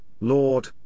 Lord